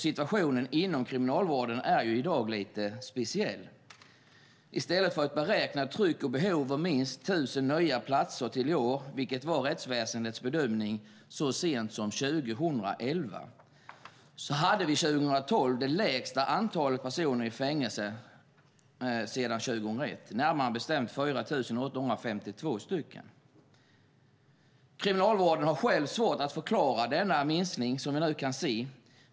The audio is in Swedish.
Situationen inom kriminalvården är i dag lite speciell. I stället för ett beräknat tryck och behov av minst 1 000 nya platser till i år, vilket var rättsväsendets bedömning så sent som 2011, hade vi 2012 det lägsta antalet personer i fängelse sedan 2001, närmare bestämt 4 852 personer. Kriminalvården har själv svårt att förklara den minskning som vi nu kan se.